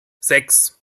sechs